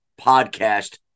podcast